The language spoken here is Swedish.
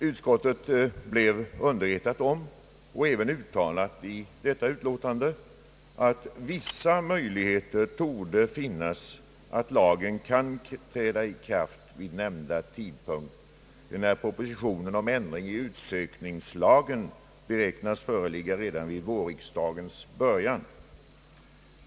Utskottet har underrättats om och även uttalat i utlåtandet att vissa möjligheter torde finnas att lagen kan träda i kraft vid nämnda tidpunkt, enär propositionen om ändring i utsökningslagen beräknas föreligga redan vid vårriksdagens början.